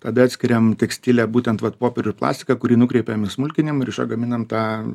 tada atskiriam tekstilę būtent vat popierių ir plastiką kurį nukreipiam į smulkinimą ir iš jo gaminam tą